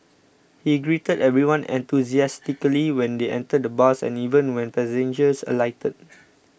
he greeted everyone enthusiastically when they entered the bus and even when passengers alighted